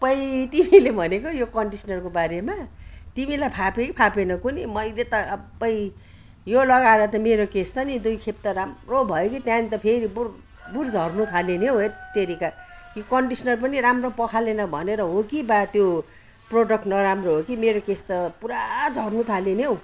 अपुई तिमीले भनेको यो कन्डिसनरको बारेमा तिमीलाई फाप्यो कि फापेन कुनि मैले त अपुई यो लगाएर त मेरो केश त नि दुई खेप त राम्रो भयो कि त्यहाँदेखि त फेरि बुर बुर झर्नु थाल्यो नि हौ हैट तेरिका यो कन्डिसनर पनि राम्रो पखालेन भनेर हो कि बा त्यो प्रडक्ट नराम्रो हो कि मेरो केश त पुरा झर्नु थाल्यो नि हौ